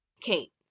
Kate